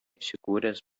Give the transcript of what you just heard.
įsikūręs